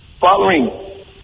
following